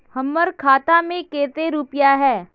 हमर खाता में केते रुपया है?